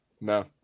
No